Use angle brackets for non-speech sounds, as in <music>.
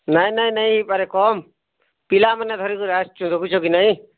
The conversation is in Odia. ନାଇଁ ନାଇଁ ହେଇପାରେ କମ୍ ପିଲାମାନେ ଧରିକରି ଆସୁଛନ୍ ରଖିଛୁ <unintelligible> ନାହିଁ